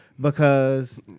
because-